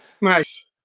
Nice